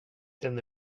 den